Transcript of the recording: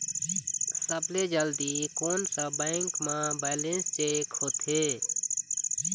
सबसे जल्दी कोन सा बैंक म बैलेंस चेक होथे?